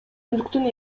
мүлктүн